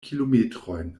kilometrojn